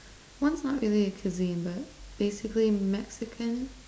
one's not is really a cuisine by basically Mexican